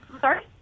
Sorry